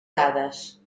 dades